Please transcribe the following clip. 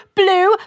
blue